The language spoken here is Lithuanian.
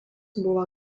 buvo